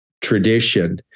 tradition